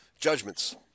judgments